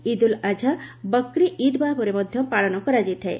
ଇଦ୍ ଉଲ୍ ଆଝା ବକ୍ରିଇଦ୍ ଭାବେ ମଧ୍ୟ ପାଳନ କରାଯାଇଥାଏ